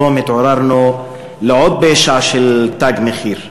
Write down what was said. היום התעוררנו לעוד פשע של "תג מחיר",